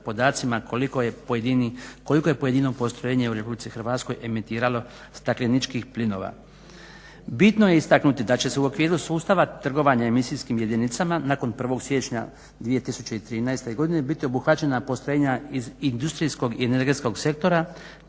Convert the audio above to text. koliko je pojedino postrojenje u RH emitiralo stakleničkih plinova. Bitno je istaknuti da će se u okviru sustava trgovanja emisijskim jedinicama nakon 1. siječnja 2013. godine biti obuhvaćena postrojenja iz industrijskog i energetskog sektora,